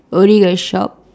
owning a shop